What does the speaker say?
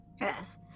yes